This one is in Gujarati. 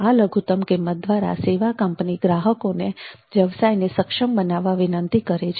આ લઘુતમ કિંમત દ્વારા સેવા કંપની ગ્રાહકોને વ્યવસાયને સક્ષમ બનાવવા વિનંતી કરે છે